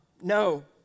No